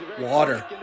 water